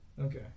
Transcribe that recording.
okay